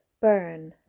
burn